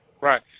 Right